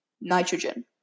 Nitrogen